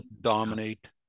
dominate